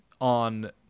on